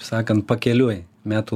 sakant pakeliui metų